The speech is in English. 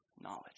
knowledge